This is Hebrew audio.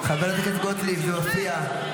חברת הכנסת גוטליב, זה מפריע.